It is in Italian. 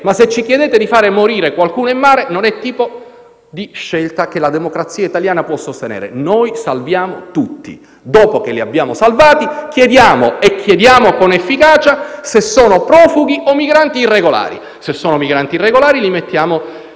Se però ci chiedete di far morire qualcuno in mare, questo non è il tipo di scelta che la democrazia italiana può sostenere. Noi salviamo tutti e, dopo, chiediamo con efficacia se sono profughi o migranti irregolari. Se sono migranti irregolari, li mettiamo